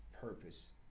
purpose